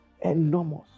Enormous